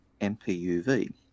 MPUV